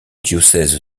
diocèse